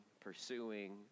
pursuing